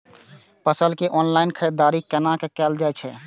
फसल के ऑनलाइन खरीददारी केना कायल जाय छै?